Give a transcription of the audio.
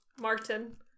Martin